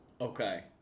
Okay